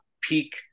peak